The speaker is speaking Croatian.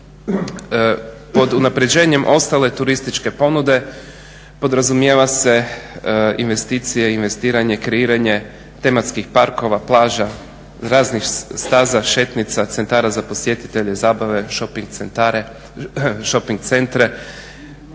Pod unaprjeđenjem ostale turističke ponude podrazumijeva se investicije, investiranje, kreiranje tematskih parkova, plaža, raznih staza, šetnica, centara za posjetitelje, zabave, shopping centre